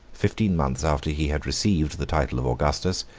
fifteen months after he had received the title of augustus,